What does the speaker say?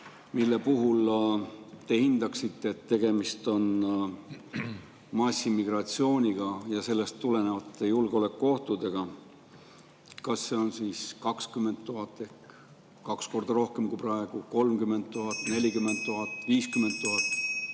mille puhul te hindaksite, et tegemist on massiimmigratsiooniga ja sellest tulenevate julgeolekuohtudega? Kas see on 20 000 ehk kaks korda rohkem kui praegu, 30 000, 40 000 või 50 000?